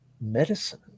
medicine